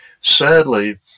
Sadly